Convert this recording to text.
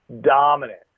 Dominant